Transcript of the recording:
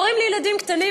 הורים לילדים קטנים,